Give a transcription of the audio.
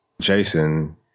Jason